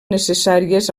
necessàries